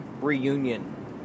reunion